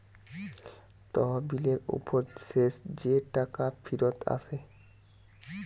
তহবিলের উপর শেষ যে টাকা ফিরত আসে